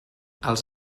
als